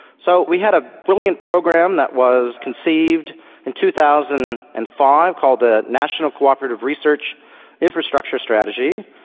so we had a brilliant program that was conceived in two thousand and five called the national cooperative research infrastructure strategy.